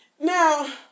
Now